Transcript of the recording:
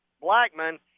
Blackman